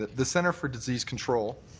the centre for disease control